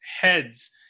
heads